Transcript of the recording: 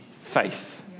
faith